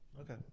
Okay